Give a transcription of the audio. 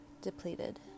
depleted